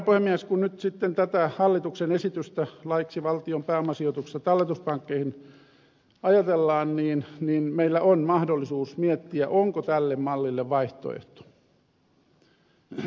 kun nyt sitten tätä hallituksen esitystä laiksi valtion pääomasijoituksesta talletuspankkeihin ajatellaan niin meillä on mahdollisuus miettiä onko tälle mallille vaihtoehtoa